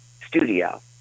studio